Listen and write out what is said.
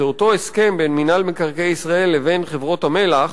אותו הסכם בין מינהל מקרקעי ישראל לבין חברות המלח,